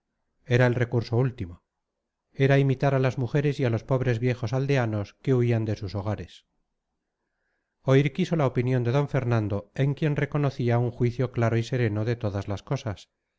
era el recurso último era imitar a las mujeres y a los pobres viejos aldeanos que huían de sus hogares oír quiso la opinión de don fernando en quien reconocía un juicio claro y sereno de todas las cosas